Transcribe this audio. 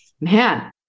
man